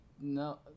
no